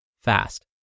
fast